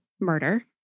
murder